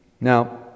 Now